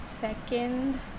second